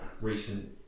recent